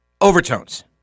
overtones